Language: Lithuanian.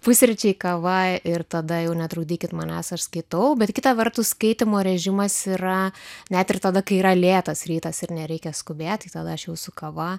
pusryčiai kava ir tada jau netrukdykit manęs aš skaitau bet kita vertus skaitymo režimas yra net ir tada kai yra lėtas rytas ir nereikia skubėt tai tada aš jau su kava